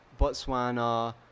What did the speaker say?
Botswana